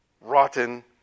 rotten